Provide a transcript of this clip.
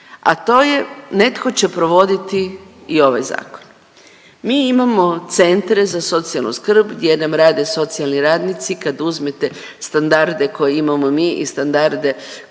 a to je netko će provoditi i ovaj zakon. Mi imamo centre za socijalnu skrb gdje nam rade socijalni radnici. Kad uzmete standarde koje imamo mi i standarde